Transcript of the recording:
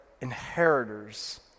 inheritors